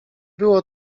było